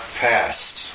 past